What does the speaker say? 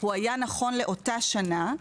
הוא היה נכון לאותה שנה,